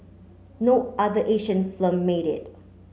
no other Asian film made it